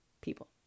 people